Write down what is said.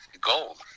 Gold